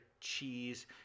cheese